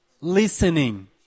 listening